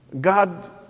God